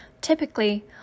Typically